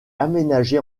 aménagé